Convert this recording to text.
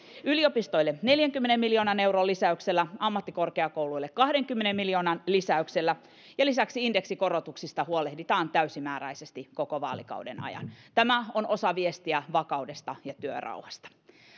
yliopistoille neljänkymmenen miljoonan euron lisäyksellä ammattikorkeakouluille kahdenkymmenen miljoonan lisäyksellä ja lisäksi indeksikorotuksista huolehditaan täysimääräisesti koko vaalikauden ajan tämä on osa viestiä vakaudesta ja työrauhasta